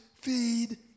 feed